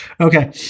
Okay